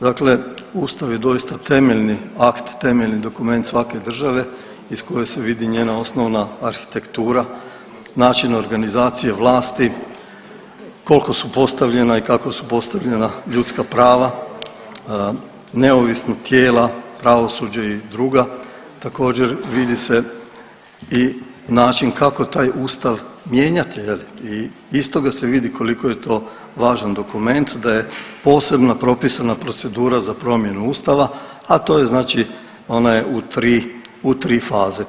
Dakle, Ustav je doista temeljni akt, temeljni dokument svake države iz koje se vidi njena osnovna arhitektura, način organizacije vlasti, koliko su postavljena i kako su postavljena ljudska prava, neovisna tijela pravosuđe i druga, također vidi se i način kako taj Ustav mijenjati je li i iz toga se vidi koliko je to važan dokument da je posebna propisana procedura za promjenu Ustava, a to je znači onaj u tri, u tri faze.